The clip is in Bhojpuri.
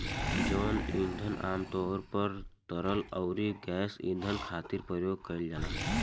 जैव ईंधन आमतौर पर तरल अउरी गैस ईंधन खातिर प्रयोग कईल जाला